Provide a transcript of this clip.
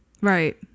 right